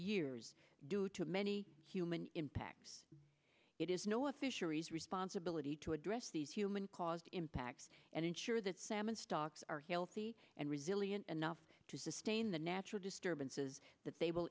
years due to many human impacts it is no official rees responsibility to address these human caused impacts and ensure that salmon stocks are healthy and resilient enough to sustain the natural disturbances